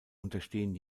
unterstehen